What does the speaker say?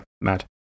mad